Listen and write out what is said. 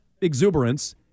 exuberance